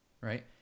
right